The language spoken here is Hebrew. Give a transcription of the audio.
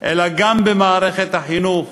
אלא גם במערכת החינוך,